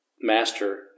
master